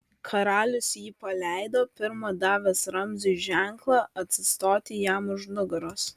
karalius jį paleido pirma davęs ramziui ženklą atsistoti jam už nugaros